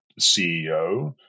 CEO